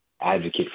advocate